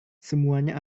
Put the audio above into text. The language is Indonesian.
semuanya